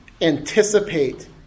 Anticipate